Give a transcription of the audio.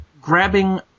grabbing –